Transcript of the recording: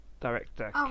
director